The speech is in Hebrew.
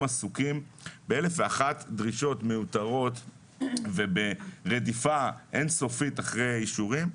עסוקים באלף ואחת דרישות מיותרות וברדיפה אין סופית אחרי אישורים.